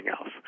else